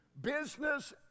business